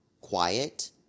quiet